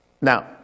Now